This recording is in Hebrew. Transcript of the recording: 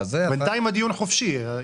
בינתיים הדיון חופשי.